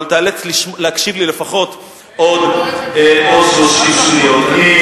אבל תיאלץ להקשיב לי לפחות עוד 30 שניות.